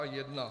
1.